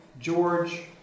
George